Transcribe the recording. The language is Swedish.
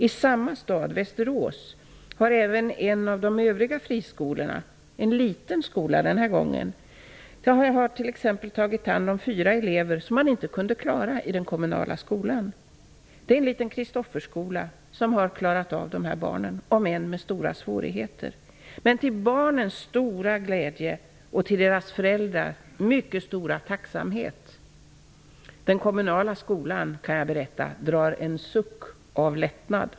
I samma stad, Västerås, har även t.ex. en av de övriga friskolorna -- denna gång en liten skola -- tagit hand om fyra elever som man inte kunde klara i den kommunala skolan. Det är en liten Kristofferskola som har klarat av dessa barn, om än med stora svårigheter, till barnens stora glädje och till deras föräldrars mycket stora tacksamhet. Den kommunala skolan -- kan jag berätta -- drar en suck av lättnad.